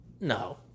No